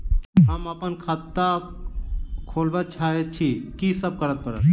हम अप्पन खाता खोलब चाहै छी की सब करऽ पड़त?